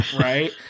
right